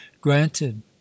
Granted